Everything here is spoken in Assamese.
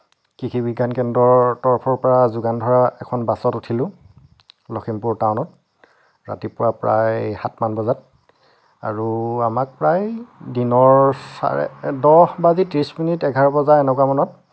কৃষি বিজ্ঞান কেন্দ্ৰৰ তৰফৰ পৰা যোগান ধৰা এখন বাছত উঠিলোঁ লখিমপুৰ টাউনত ৰাতিপুৱা প্ৰায় সাত মান বজাত আৰু আমাক প্ৰায় দিনৰ চাৰে দহ বাজি ত্ৰিছ মিনিট এঘাৰ বজা এনেকুৱা মানত